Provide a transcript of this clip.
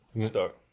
Start